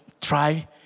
try